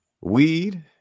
Weed